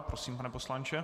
Prosím, pane poslanče.